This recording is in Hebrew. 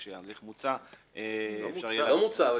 כשההליך מוצה אפשר יהיה --- לא מוצה.